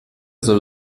soll